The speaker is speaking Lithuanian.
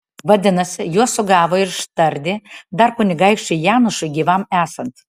vadinasi juos sugavo ir ištardė dar kunigaikščiui janušui gyvam esant